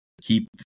keep